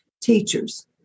Teachers